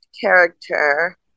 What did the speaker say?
character